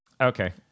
Okay